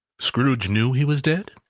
scrooge knew he was dead?